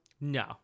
no